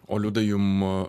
o liudai jum